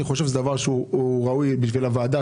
אני חושב שזה דבר שהוא ראוי בשביל הוועדה,